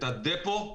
את הדיפו,